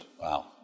Wow